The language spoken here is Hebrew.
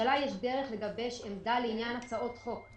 שלממשלה יש דרך לגבש עמדה לעניין הצעות חוק.